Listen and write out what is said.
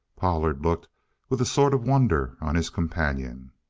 pollard looked with a sort of wonder on his companion.